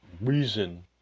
reason